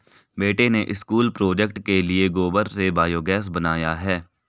बेटे ने school project के लिए गोबर से बायोगैस बनाया है